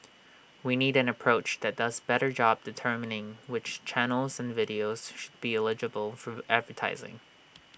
we need an approach that does better job determining which channels and videos should be eligible for advertising